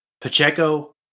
Pacheco